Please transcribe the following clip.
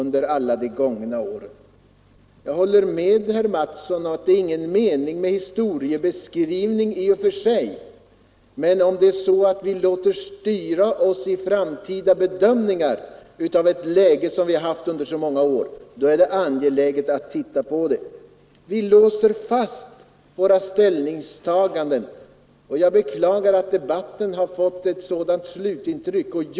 Jag håller med herr Mattsson i Skee om att det inte är någon mening med historieskrivning i och för sig, men om vi vid den framtida bedömningen låter oss styras av det läge vi haft under många år, så är det angeläget att vi är medvetna om det. Vi låser då fast våra ställningstaganden. Jag beklagar att debatten givit ett sådant slutintryck.